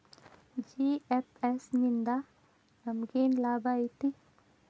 GFS ನಿಂದಾ ನಮೆಗೆನ್ ಲಾಭ ಐತಿ?